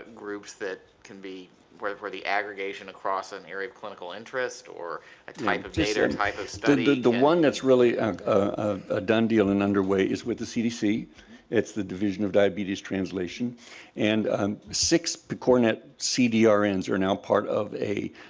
ah groups that can be where the aggregation across an area of clinical interest or ah type of data, type of study? the one that's really a done deal and underway is with the cdc it's the division of diabetes translation and six pcornet cdrns are now part of a